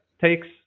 takes